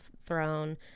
throne